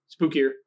spookier